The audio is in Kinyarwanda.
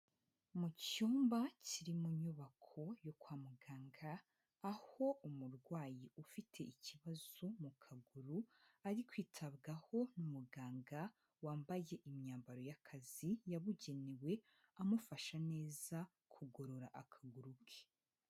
Mu cyumba kiri mu nyubako yo kwa muganga aho umurwayi ufite ikibazo mu kaguru, ari kwitabwaho n'umuganga wambaye imyambaro y'akazi yabugenewe, amufasha neza kugorora akaguru ke.